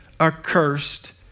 accursed